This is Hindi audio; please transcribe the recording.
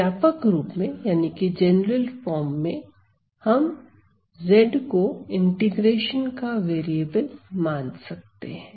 व्यापक रूप में हम z को इंटीग्रेशन का वेरिएबल मान सकते हैं